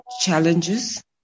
challenges